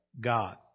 God